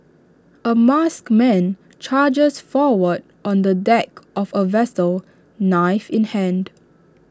A masked man charges forward on the deck of A vessel knife in hand